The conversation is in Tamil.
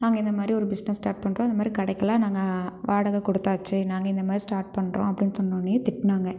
நாங்கள் இந்த மாதிரி ஒரு பிஸ்னஸ் ஸ்டார்ட் பண்ணுறோம் இந்த மாதிரி கடைக்கெலாம் நாங்கள் வாடகை கொடுத்தாச்சி நாங்கள் இந்த மாதிரி ஸ்டார்ட் பண்ணுறோம் அப்படின்னு சொன்னோடன்னே திட்டினாங்க